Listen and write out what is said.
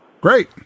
Great